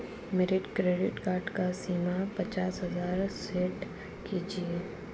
मेरे credit card की सीमा पचास हजार सेट कीजिए